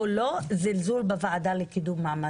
ולכן אני רוצה לדבר עליו עכשיו.